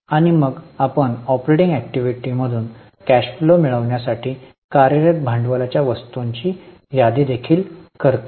आणि मग आपण ऑपरेटिंग ऍक्टिव्हिटीातून कॅश फ्लो मिळवण्यासाठी कार्यरत भांडवलाच्या वस्तूंची यादी देखील करतो